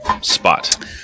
spot